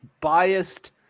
biased